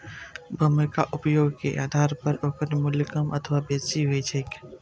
भूमिक उपयोगे के आधार पर ओकर मूल्य कम अथवा बेसी होइत छैक